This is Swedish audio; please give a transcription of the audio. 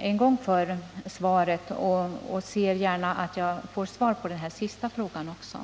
en gång för svaret på min fråga och skulle gärna se att jag fick svar också på den sist framförda punkten.